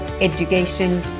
education